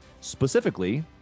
specifically